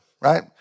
right